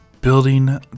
Building